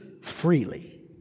freely